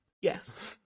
yes